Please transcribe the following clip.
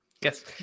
Yes